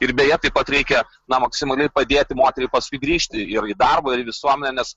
ir beje taip pat reikia na maksimaliai padėti moteriai paskui grįžti ir į darbą ir į visuomenes